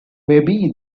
maybe